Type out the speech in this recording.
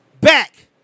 back